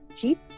cheap